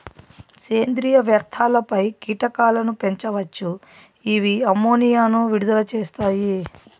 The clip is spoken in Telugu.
సేంద్రీయ వ్యర్థాలపై కీటకాలను పెంచవచ్చు, ఇవి అమ్మోనియాను విడుదల చేస్తాయి